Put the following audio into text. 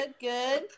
Good